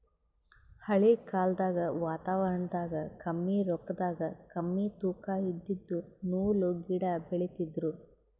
ಹಳಿ ಕಾಲ್ದಗ್ ವಾತಾವರಣದಾಗ ಕಮ್ಮಿ ರೊಕ್ಕದಾಗ್ ಕಮ್ಮಿ ತೂಕಾ ಇದಿದ್ದು ನೂಲ್ದು ಗಿಡಾ ಬೆಳಿತಿದ್ರು